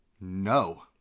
No